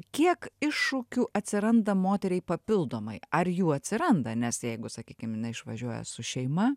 kiek iššūkių atsiranda moteriai papildomai ar jų atsiranda nes jeigu sakykim išvažiuoja su šeima